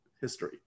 history